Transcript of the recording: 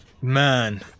man